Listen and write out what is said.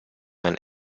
ein